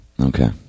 Okay